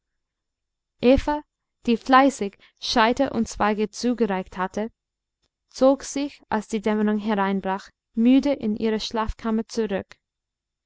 die fleißig scheiter und zweige zugereicht hatte zog sich als die dämmerung hereinbrach müde in ihre schlafkammer zurück